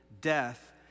death